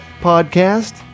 podcast